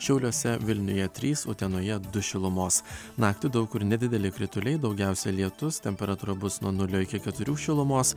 šiauliuose vilniuje trys utenoje du šilumos naktį daug kur nedideli krituliai daugiausia lietus temperatūra bus nuo nulio iki keturių šilumos